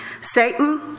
Satan